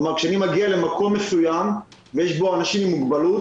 כלומר כשאני מגיע למקום מסוים ויש בו אנשים עם מוגבלות,